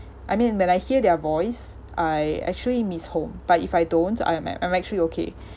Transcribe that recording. I mean when I hear their voice I actually miss home but if I don't I am I'm I'm actually okay